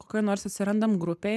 kokioj nors atsirandam grupėj